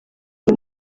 uri